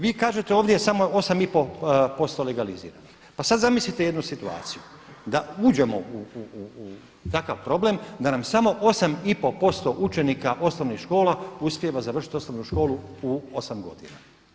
Vi kažete ovdje je samo 8,5% legaliziranih, pa sad zamislite jednu situaciju da uđemo u takav problem da nam samo 8,5% učenika osnovnih škola uspijeva završiti osnovnu školu u 8 godina.